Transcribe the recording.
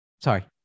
sorry